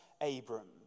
Abram